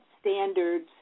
standards